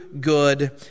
good